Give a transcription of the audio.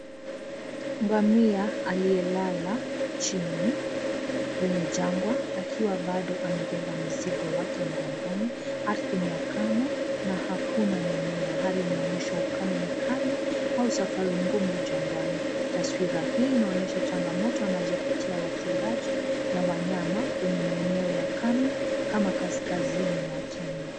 Ngamia aliyelala chini kwenye jangwa akiwa bado amebeba mzigo wake mgongoni ardhi ni ya kame na hakuna mimea hali inayoonyesha ukame mkali au safari ngumu jangwani. Taswira hii inaonyesha changamoto wanazopitia wafugaji na wanyama kwenye maeneo ya kame kama kaskazini mwa Kenya.